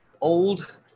old